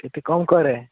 ଟିକେ କମ୍ କରେ